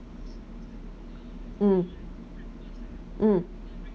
mm mm